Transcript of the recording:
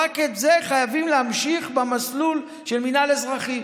רק בזה חייבים להמשיך במסלול של מינהל אזרחי.